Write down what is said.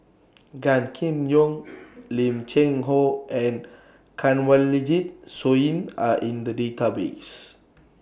Gan Kim Yong Lim Cheng Hoe and Kanwaljit Soin Are in The Database